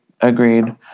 Agreed